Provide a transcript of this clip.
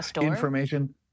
information